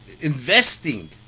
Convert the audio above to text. investing